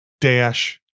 Dash